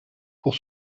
pour